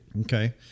okay